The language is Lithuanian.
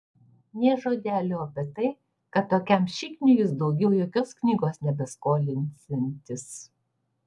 nė žodelio apie tai kad tokiam šikniui jis daugiau jokios knygos nebeskolinsiantis